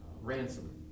ransom